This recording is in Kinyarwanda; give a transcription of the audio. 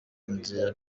inzira